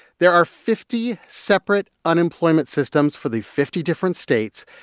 there are fifty separate unemployment systems for the fifty different states,